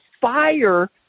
fire